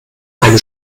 eine